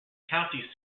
county